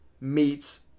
meets